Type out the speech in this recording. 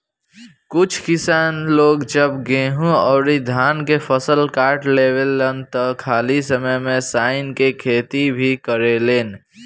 कुछ किसान लोग जब गेंहू अउरी धान के फसल काट लेवेलन त खाली समय में सनइ के खेती भी करेलेन